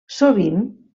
sovint